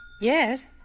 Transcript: Yes